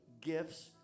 gifts